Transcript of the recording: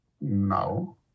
No